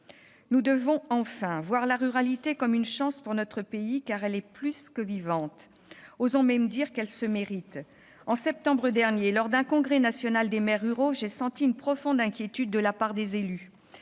Nous devons, enfin, voir la ruralité comme une chance pour notre pays, car elle est plus que vivante. Osons même dire qu'elle se mérite ! En septembre dernier, lors d'un congrès national des maires ruraux, j'ai perçu une profonde inquiétude chez les élus.